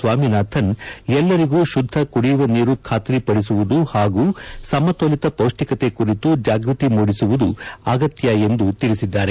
ಸ್ವಾಮಿನಾಥನ್ ಎಲ್ಲರಿಗೂ ಶುದ್ದ ಕುಡಿಯುವ ನೀರು ಖಾತ್ರಿಪದಿಸುವುದು ಹಾಗು ಸಮತೋಲಿತ ಪೌಷ್ಟಿಕತೆ ಕುರಿತು ಜಾಗ್ಪತಿ ಮೂದಿಸುವುದು ಅಗತ್ಯ ಎಂದು ತಿಳಿಸಿದ್ದಾರೆ